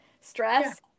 stress